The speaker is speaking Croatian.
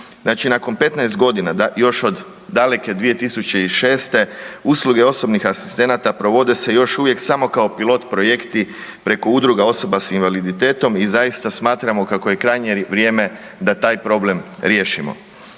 nakon 15 godina još od daleke 2006. usluge osobnih asistenata provode se još uvijek samo pilot projekti preko udruga osoba s invaliditetom i zaista smatramo kako je krajnje vrijeme da taj problem riješimo.